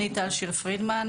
אני טל שיר פרידמן,